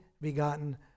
begotten